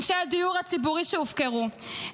אנשי הדיור הציבורי שהופקרו,